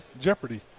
Jeopardy